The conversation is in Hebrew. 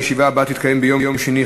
הישיבה הבאה תתקיים ביום שני,